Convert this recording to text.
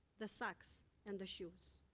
the socks and the shoes.